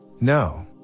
No